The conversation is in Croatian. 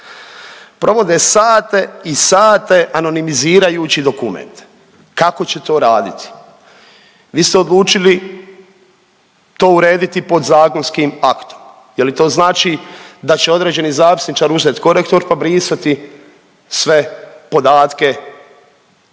provode sate i sate anonimizirajući dokumente. Kako će to raditi? Vi ste odlučili to urediti podzakonskim aktom. Je li to znači da će određeni zapisničar uzet korektor, pa brisati sve podatke stranaka